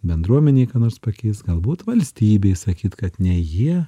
bendruomenei ką nors pakeis galbūt valstybei sakyt kad ne jie